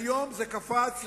כיום זה קפץ ל-11%,